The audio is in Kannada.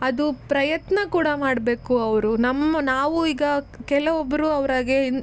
ಅದು ಪ್ರಯತ್ನ ಕೂಡ ಮಾಡಬೇಕು ಅವರು ನಮ್ಮ ನಾವು ಈಗ ಕೆಲವೊಬ್ಬರು ಅವರಾಗೇ